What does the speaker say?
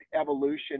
evolution